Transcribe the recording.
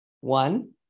One